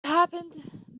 happened